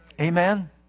Amen